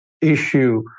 issue